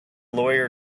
lawyer